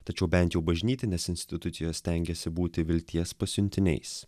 tačiau bent jau bažnytinės institucijos stengiasi būti vilties pasiuntiniais